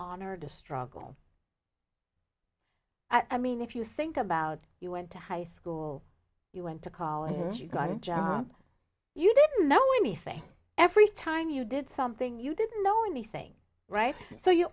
honor the struggle i mean if you think about you went to high school you went to college you got a job you didn't know anything every time you did something you didn't know anything right so you